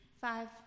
five